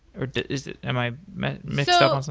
or am i mixed up on